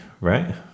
right